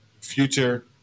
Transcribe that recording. Future